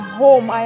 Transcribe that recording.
home